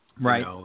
right